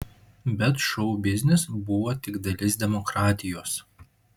bet šou biznis buvo tik dalis demokratijos